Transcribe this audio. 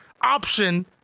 option